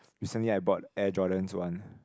recently I bought Air Jordans one